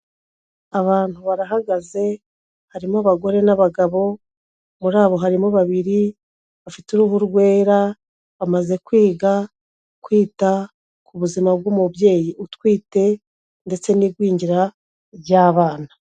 Abantu barahagaze, harimo abagore n'abagabo, muri abo harimo babiri bafite uruhu rwera, bamaze kwiga, kwita ku buzima bw'umubyeyi utwite ndetse n'igwingira ry'abana.